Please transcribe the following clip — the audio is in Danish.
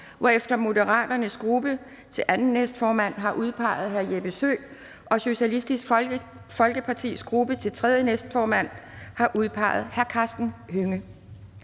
hvorefter Moderaternes gruppe til anden næstformand har udpeget hr. Jeppe Søe og Socialistisk Folkepartis gruppe til tredje næstformand har udpeget hr. Karsten Hønge.